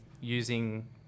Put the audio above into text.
using